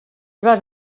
vas